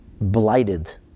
blighted